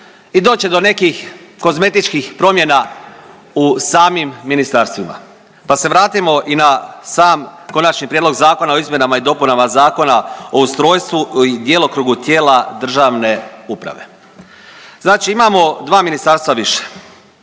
i doće do nekih kozmetičkih promjena u samim ministarstvima, pa se vratimo i na sam Konačni prijedlog Zakona o izmjenama i dopunama Zakona o ustrojstvu i djelokrugu tijela državne uprave. Znači imamo dva ministarstva više,